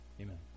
Amen